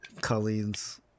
colleen's